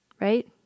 right